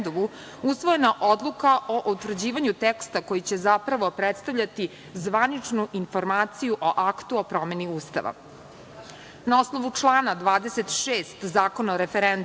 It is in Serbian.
usvojena je Odluka o utvrđivanju teksta koji će zapravo predstavljati zvaničnu informaciju o Aktu o promeni Ustava. Na osnovu člana 26. Zakona o referendumu,